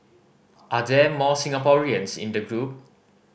are there more Singaporeans in the group